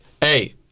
Hey